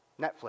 Netflix